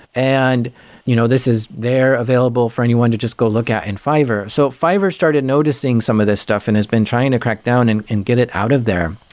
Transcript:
and you know this is there available for anyone to just go look at in fiverr. so fiverr started noticing some of this stuff and has been trying to crack down and and get it out of there.